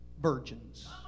virgins